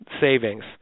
savings